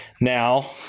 Now